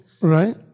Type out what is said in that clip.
right